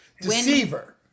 Deceiver